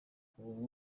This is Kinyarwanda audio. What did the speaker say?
ubu